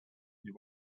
you